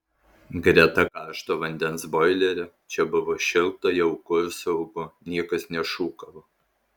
greta karšto vandens boilerio čia buvo šilta jauku ir saugu niekas nešūkavo